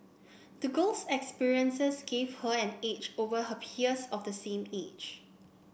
the girl's experiences gave her an edge over her peers of the same age